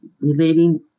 relating